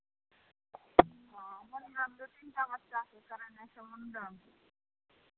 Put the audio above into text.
हँ मुण्डन दू तीन टा बच्चाके करेनाइ छै मुण्डन